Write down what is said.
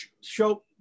show